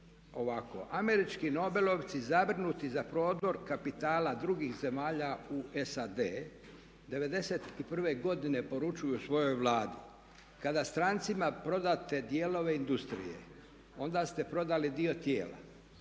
"Američki nobelovci zabrinuti za prodor kapitala drugih zemalja u SAD." '91. godine poručuju svojoj vladi, "Kada strancima prodate dijelove industrije onda ste prodali dio tijela